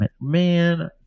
Man